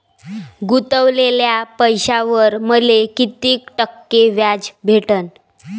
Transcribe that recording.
गुतवलेल्या पैशावर मले कितीक टक्के व्याज भेटन?